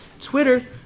Twitter